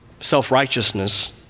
self-righteousness